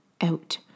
out